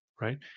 right